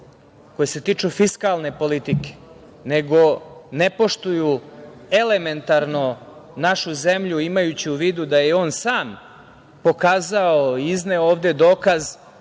koji se tiču fiskalne politike, nego ne poštuju elementarno našu zemlju imajući u vidu da je on sam pokazao i izneo ovde dokaz